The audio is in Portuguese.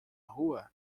rua